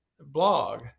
blog